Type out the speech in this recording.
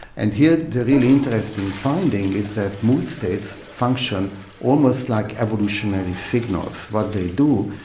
and here the really interesting finding is that mood states function almost like evolutionary signals. what they do,